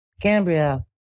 Cambria